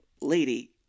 lady